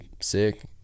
sick